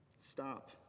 Stop